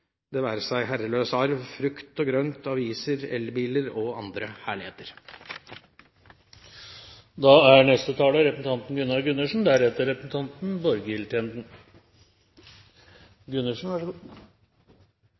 det være seg herreløs arv, frukt og grønt, aviser, elbiler eller andre herligheter. Lovsakene i tilknytning til revidert og hele revidert er